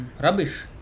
rubbish